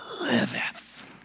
liveth